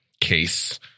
case